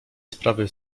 sprawy